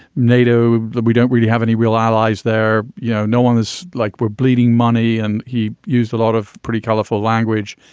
naito we dont really have any real allies there. you know, no one is like we're bleeding money and he used a lot of pretty colorful language,